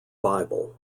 bible